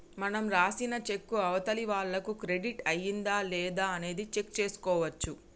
మనం రాసిన చెక్కు అవతలి వాళ్లకు క్రెడిట్ అయ్యిందా లేదా అనేది చెక్ చేసుకోవచ్చు